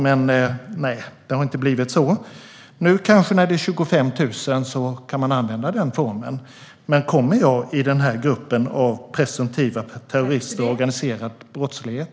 Men, nej, det har inte blivit så. Nu när det är 25 000 kanske jag kan använda den formen. Men hamnar jag då i gruppen av presumtiva terrorister och organiserad brottslighet?